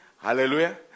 Hallelujah